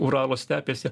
uralo stepėse